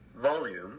volume